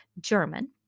German